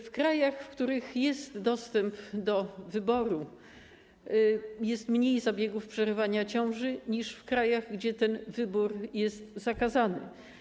W krajach, w których jest dostęp do wyboru, jest mniej zabiegów przerywania ciąży niż w krajach, gdzie ten wybór jest zakazany.